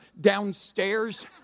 downstairs